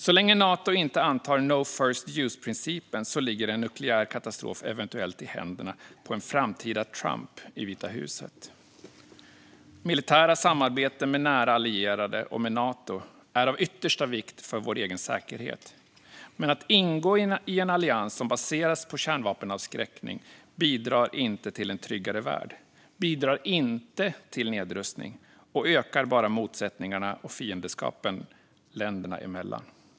Så länge Nato inte antar no first use-principen ligger en nukleär katastrof eventuellt i händerna på en framtida Trump i Vita huset. Militära samarbeten med nära allierade, och med Nato, är av yttersta vikt för vår egen säkerhet. Men att ingå i en allians som baseras på kärnvapenavskräckning bidrar inte till en tryggare värld, bidrar inte till nedrustning och ökar bara motsättningarna och fiendskapen länderna emellan.